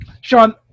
Sean